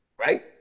Right